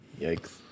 Yikes